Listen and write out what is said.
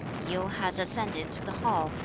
yu has ascended to the hall,